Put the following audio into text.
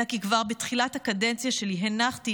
אלא כי כבר בתחילת הקדנציה שלי הנחתי,